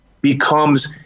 becomes